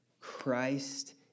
Christ